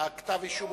כתב האישום